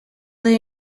their